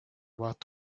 about